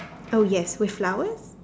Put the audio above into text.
oh yes with flowers